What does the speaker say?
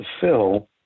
fill